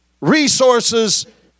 resources